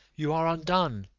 you are undone,